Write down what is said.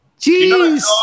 Jeez